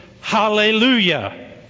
Hallelujah